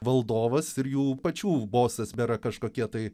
valdovas ir jų pačių bosas bėra kažkokie tai